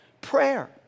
prayer